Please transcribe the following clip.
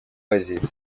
азии